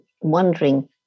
wondering